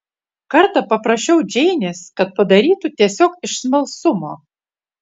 kartą paprašiau džeinės kad padarytų tiesiog iš smalsumo